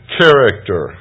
character